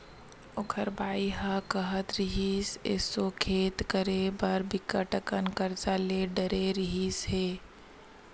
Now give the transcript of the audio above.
ओखर बाई ह काहत रिहिस, एसो खेती करे बर बिकट अकन करजा ले डरे रिहिस हे